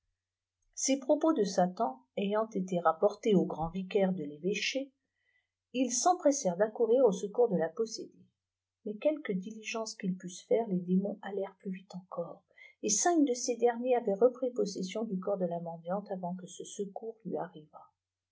ces propos de satan ayant été rapportés aux grands vicaires de j'éy écliô ils emprjbssèrent d'accourir au secours de la possédée mais quelque diligepce qu'ils pussent faire les démons allèft plus vite encore et cinq d e ces derniers avaient repris possession du qorps de la mendiante avant que ce secours lui arrivât